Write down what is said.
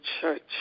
church